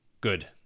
Good